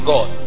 God